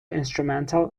instrumental